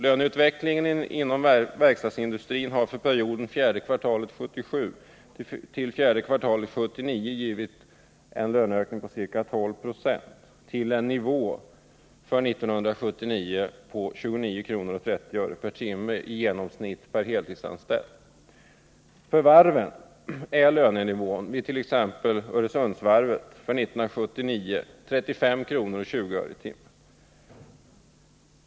Löneutvecklingen inom verkstadsindustrin har för perioden fjärde kvartalet 1977-fjärde kvartalet 1979 medfört en löneökning på ca 12 9 till en nivå för 1979 på 29:30 kr. per timme i genomsnitt per heltidsanställd. För varven är lönenivån vid t.ex. Öresundsvarvet för 1979 32:20 kr. per timme.